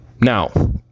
Now